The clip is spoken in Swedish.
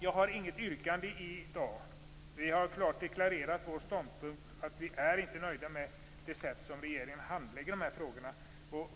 Jag har inget yrkande i dag. Vi har klart deklarerat vår ståndpunkt att vi inte är nöjda med det sätt som regeringen handlägger de här frågorna på.